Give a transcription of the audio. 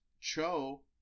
Cho